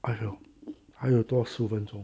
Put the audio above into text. !aiyo! 还有多十五分钟